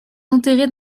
enterrée